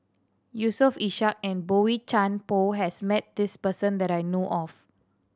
Yusof Ishak and Boey Chuan Poh has met this person that I know of